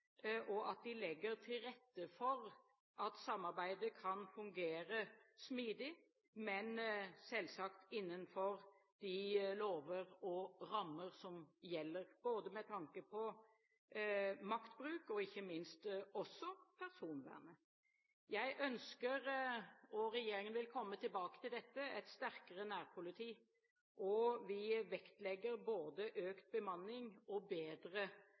og at de legger til rette for at samarbeidet kan fungere smidig, men selvsagt innenfor de lover og rammer som gjelder, både med tanke på maktbruk og ikke minst også personvernet. Jeg ønsker – og regjeringen vil komme tilbake til dette – et sterkere nærpoliti, og vi vektlegger både økt bemanning og bedre verktøy til operative formål. Og med bedre